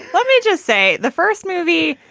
let me just say, the first movie,